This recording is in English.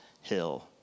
Hill